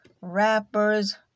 rappers